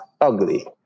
ugly